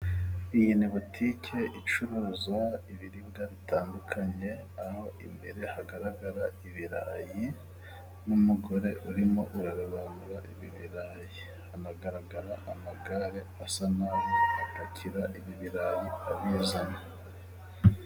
Iyi ni butike icuruza ibiribwa bitandukanye, aho imbere hagaragara ibirayi , n'umugore urimo urarobanura ibirayi, haragaragara amagare asa naho apakira ibirayi abizanye.